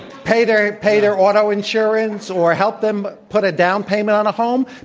pay their pay their auto insurance, or help them put a down payment on a home?